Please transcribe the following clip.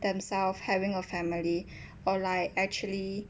themselves having a family or like actually